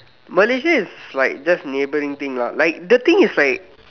Malaysia is like just neighbouring thing lah the thing is like